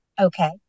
Okay